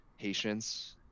patience